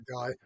guy